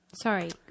Sorry